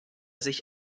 sich